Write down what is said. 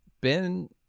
Ben